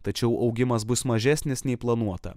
tačiau augimas bus mažesnis nei planuota